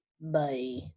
Bye